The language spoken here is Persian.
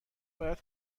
باید